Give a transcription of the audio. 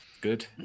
good